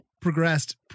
progressed